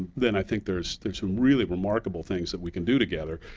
then i think there's there's some really remarkable things that we can do together.